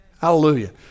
Hallelujah